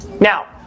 Now